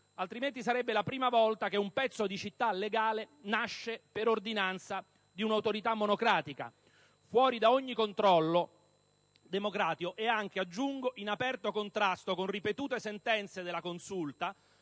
altrimenti per la prima volta un pezzo di città legale nascerebbe per ordinanza di un'autorità monocratica, fuori da ogni controllo democratico e anche, aggiungo, in aperto contrasto con ripetute sentenze della Consulta